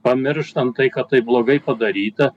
pamirštam tai kad taip blogai padaryta